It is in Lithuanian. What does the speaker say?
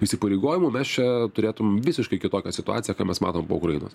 įsipareigojimų mes čia turėtum visiškai kitokią situaciją ką mes matom po ukrainos